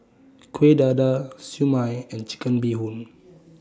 Kuih Dadar Siew Mai and Chicken Bee Hoon